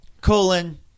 colon